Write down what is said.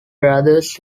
brothers